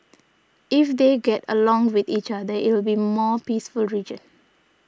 if they get along with each other it'll be a more peaceful region